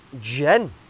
Jen